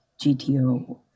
GTO